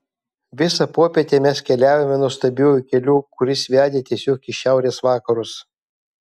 visą popietę mes keliavome nuostabiuoju keliu kuris vedė tiesiog į šiaurės vakarus